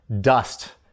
dust